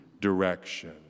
direction